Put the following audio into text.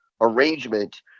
arrangement